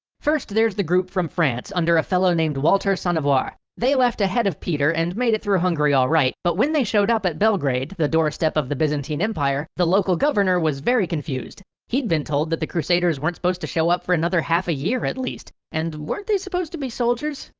first there's the group from france under a fellow named walter sans-avoir. they left ahead of peter and made it through hungary all right, but when they showed up at belgrade, the doorstep of the byzantine empire, the local governor was very confused. he'd been told that the crusaders weren't supposed to show up for another half a year at least. and weren't they supposed to be soldiers?